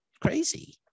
crazy